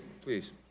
Please